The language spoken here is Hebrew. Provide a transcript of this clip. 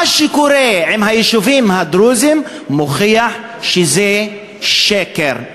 מה שקורה עם היישובים הדרוזיים מוכיח שזה שקר.